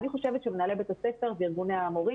אני חושבת שמנהלי בתי הספר וארגוני המורים